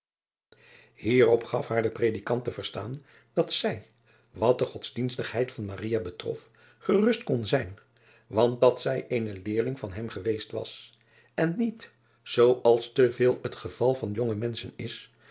ierop gaf haar de predikant te verstaan dat zij wat de odsdienstigheid van betrof gerust kon zijn want dat zij eene leerling van hem geweest was en niet zoo als te veel het geval van jonge menschen is